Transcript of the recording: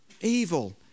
evil